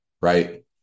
right